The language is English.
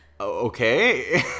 okay